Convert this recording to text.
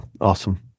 Awesome